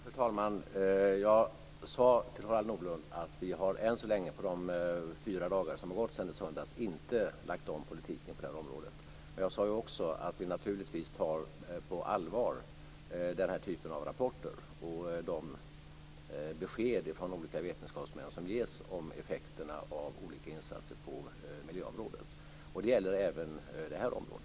Fru talman! Jag sade till Harald Nordlund att vi under de fyra dagar som har gått sedan i söndags ännu inte har lagt om politiken på det här området. Men jag sade också att vi tar den här typen av rapporter och besked från olika vetenskapsmän om effekterna av olika insatser på miljöområdet på allvar, och det gäller även på det här området.